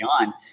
on